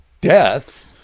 death